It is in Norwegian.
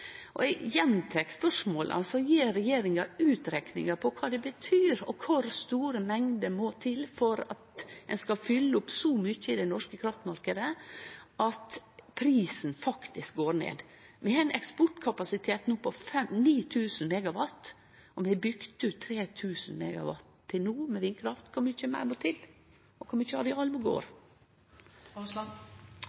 Gjer regjeringa utrekningar av kva det betyr? Og kor store mengder må til for at ein skal fylle opp så mykje i den norske kraftmarknaden at prisen faktisk går ned? Vi har ein eksportkapasitet no på 9 000 megawatt, og vi har bygd ut 3 000 megawatt vindkraft til no. Kor mykje meir må til, og kor mykje